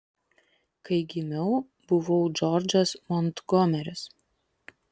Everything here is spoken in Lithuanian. kai gimiau buvau džordžas montgomeris